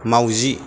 माउजि